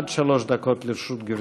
עד שלוש דקות לרשות גברתי.